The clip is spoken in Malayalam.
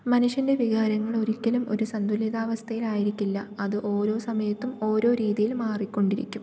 മനുഷ്യൻ്റെ വികാരങ്ങൾ ഒരിക്കലും ഒരു സന്തുലിതാവസ്ഥയിൽ ആയിരിക്കില്ല അത് ഓരോ സമയത്തും ഓരോ രിതീയിൽ മാറിക്കൊണ്ടിരിക്കും